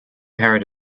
parrot